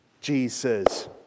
Jesus